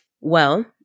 Well-